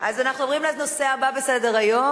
אנחנו עוברים לנושא הבא בסדר-היום,